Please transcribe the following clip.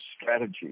strategy